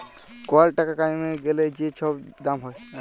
call টাকা কইমে গ্যালে যে ছব দাম হ্যয়